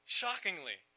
shockingly